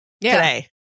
today